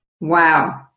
Wow